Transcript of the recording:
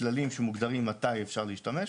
כללים שמוגדרים מתי אפשר להשתמש,